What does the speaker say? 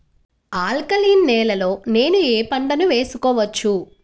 Alkaline నేలలో నేనూ ఏ పంటను వేసుకోవచ్చు?